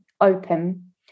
open